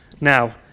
Now